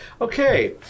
Okay